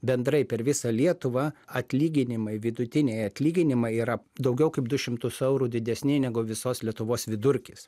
bendrai per visą lietuvą atlyginimai vidutiniai atlyginimai yra daugiau kaip du šimtus eurų didesni negu visos lietuvos vidurkis